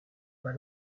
pas